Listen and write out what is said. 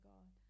God